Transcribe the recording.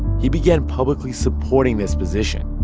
he began publicly supporting this position.